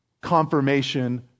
confirmation